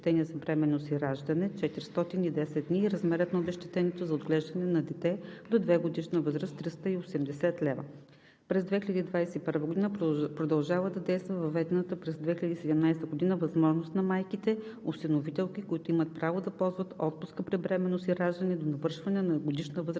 през 2021 г. продължава да действа въведената през 2017 г. възможност за майките (осиновителките), които имат право да ползват отпуска при бременност и раждане до навършване на едногодишна възраст